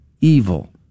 evil